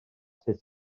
sut